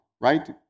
right